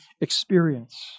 experience